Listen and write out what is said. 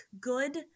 good